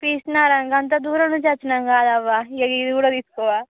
పిసినారా అంత దూరం నుంచి వచ్చినాం కదవ్వా ఇక ఇవి కూడా తీసుకోవా